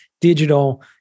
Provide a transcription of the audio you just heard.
digital